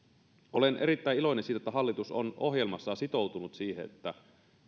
olen erittäin iloinen siitä että hallitus on ohjelmassaan sitoutunut siihen että